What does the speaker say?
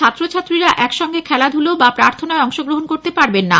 ছাত্র ছাত্রীরা একসঙ্গে খেলাধুলা বা প্রার্থনায় অংশগ্রহণ করতে পারবেন না